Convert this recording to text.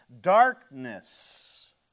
darkness